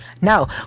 Now